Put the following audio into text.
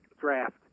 draft